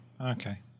okay